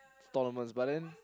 tournaments but then